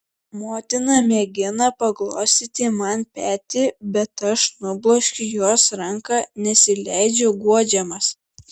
motina mėgina paglostyti man petį bet aš nubloškiu jos ranką nesileidžiu guodžiamas